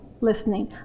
listening